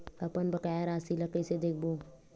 अपन बकाया राशि ला कइसे देखबो?